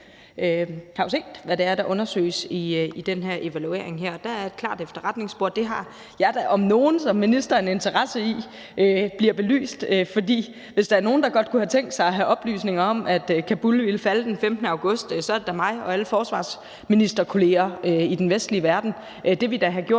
jo set, hvad det er, der undersøges i den her evaluering, og der er et klart efterretningsspor, og det har jeg da som minister om nogen en interesse i bliver belyst. For hvis der er nogen, der godt kunne have tænkt sig at have oplysninger om, at Kabul ville falde den 15. august, så er det da mig og alle forsvarsministerkolleger i den vestlige verden. Det ville da have gjort